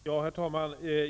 Herr talman!